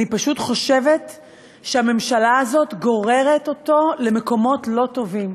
אני פשוט חושבת שהממשלה הזאת גוררת אותו למקומות לא טובים.